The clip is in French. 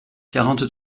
quarante